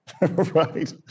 Right